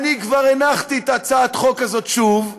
אני כבר הנחתי את הצעת החוק הזאת שוב,